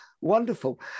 Wonderful